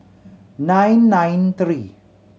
nine nine three